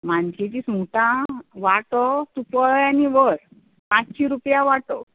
मानशेचीं सुंगटां वांटो तूं पळय आनी व्हर पांत्शी रुपया वांटो